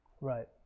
Right